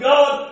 God